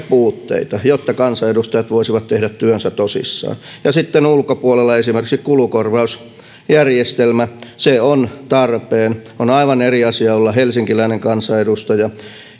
puutteita jotta kansanedustajat voisivat tehdä työnsä tosissaan ja sitten ulkopuolella esimerkiksi kulukorvausjärjestelmä se on tarpeen on aivan eri asia olla helsinkiläinen kansanedustaja